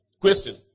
Question